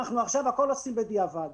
עכשיו אנחנו עושים הכול בדיעבד.